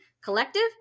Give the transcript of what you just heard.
collective